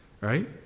Right